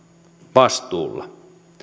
vastuulla